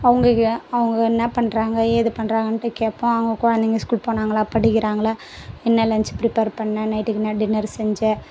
அவங்க க அவங்க என்ன பண்ணுறாங்க ஏது பண்ணுறாங்கன்ட்டு கேட்போம் அவங்க குழந்தைங்க ஸ்கூல் போனாங்களா படிக்கிறாங்களா என்ன லஞ்ச் ப்ரிப்பேர் பண்ண நைட்டுக்கு என்ன டின்னர் செஞ்ச